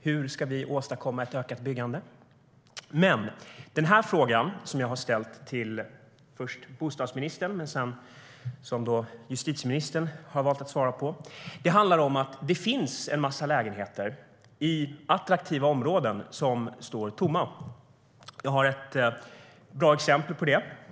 Hur ska vi åstadkomma ett ökat byggande? Jag har ett bra exempel på detta.